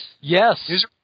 Yes